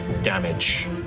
Damage